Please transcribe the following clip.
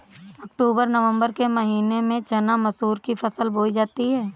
अक्टूबर नवम्बर के महीना में चना मसूर की फसल बोई जाती है?